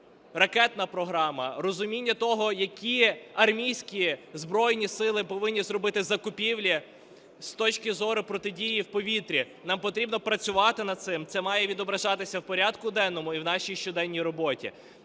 Ракетна програма, розуміння того, які армійські Збройні Сили повинні зробити закупівлі з точки зору протидії в повітрі. Нам потрібно працювати над цим, це має відображатися в порядку денному і в нашій щоденній роботі.